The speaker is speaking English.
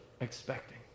expecting